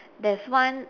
there's one